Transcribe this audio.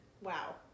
wow